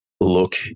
look